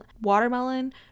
watermelon